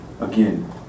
again